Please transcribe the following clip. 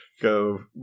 go